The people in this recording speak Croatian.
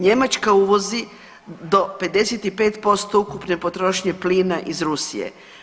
Njemačka uvozi do 55% ukupne potrošnje plina iz Rusije.